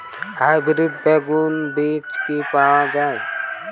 Hybrid বেগুন বীজ কি পাওয়া য়ায়?